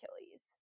Achilles